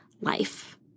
life